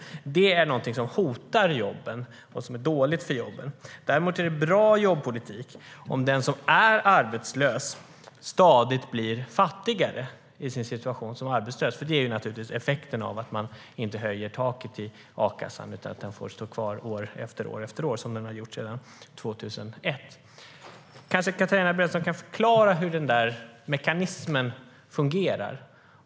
Det är någonting som hotar jobben och som är dåligt för jobben. Kanske Katarina Brännström kan förklara hur den här mekanismen fungerar.